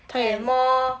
她也